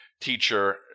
teacher